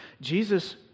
Jesus